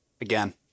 Again